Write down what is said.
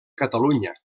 catalunya